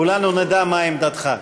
כולנו נדע מה עמדתך.